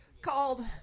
called